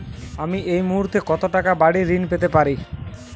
আমি এই মুহূর্তে কত টাকা বাড়ীর ঋণ পেতে পারি?